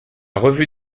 revue